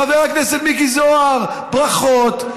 חבר הכנסת מיקי זוהר, ברכות.